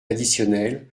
additionnels